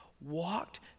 walked